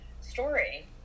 story